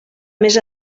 més